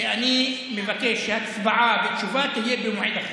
שאני מבקש שהצבעה ותשובה יהיו במועד אחר.